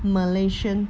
malaysian